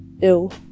ill